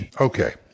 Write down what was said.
Okay